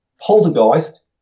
Poltergeist